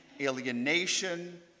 alienation